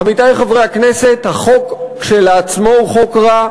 עמיתי חברי הכנסת, החוק כשלעצמו הוא חוק רע,